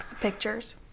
pictures